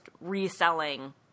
reselling